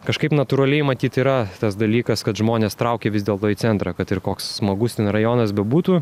kažkaip natūraliai matyt yra tas dalykas kad žmonės traukia vis dėlto į centrą kad ir koks smagus ten rajonas bebūtų